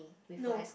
no